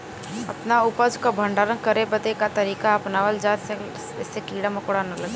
अपना उपज क भंडारन करे बदे का तरीका अपनावल जा जेसे कीड़ा मकोड़ा न लगें?